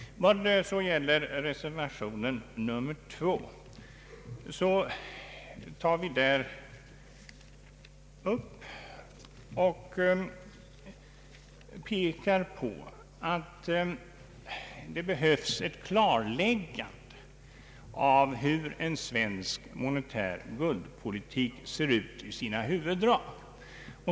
I reservation nr 2 pekar vi på att det behövs ett klarläggande av hur en svensk monetär guldpolitik ser ut i sina huvuddrag.